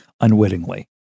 unwittingly